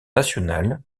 national